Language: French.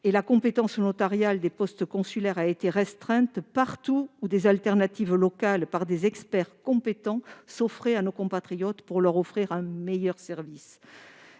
et la compétence notariale des postes consulaires a été restreinte partout où des alternatives locales par des experts compétents s'offraient à nos compatriotes pour un meilleur service.